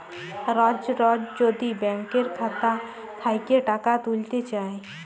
রজ রজ যদি ব্যাংকের খাতা থ্যাইকে টাকা ত্যুইলতে চায়